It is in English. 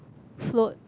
float